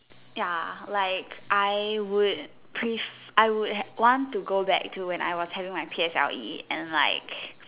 ya like I would prefer I would have want to go back to when I was having my P_S_L_E and like